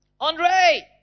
Andre